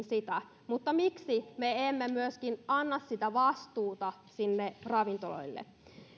sitä mutta miksi me emme myöskään anna sitä vastuuta sinne ravintoloille